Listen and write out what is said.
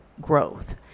growth